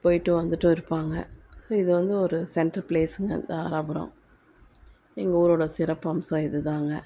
போயிட்டு வந்துட்டும் இருப்பாங்க ஸோ இது வந்து ஒரு சென்ட்ரு பிளேஸ்ஸுங்க தாராபுரம் எங்கள் ஊரோடய சிறப்பு அம்சம் இதுதாங்க